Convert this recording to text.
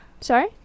Sorry